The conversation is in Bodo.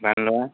बानलुवा